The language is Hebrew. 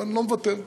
אבל אני לא מוותר.